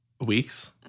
Weeks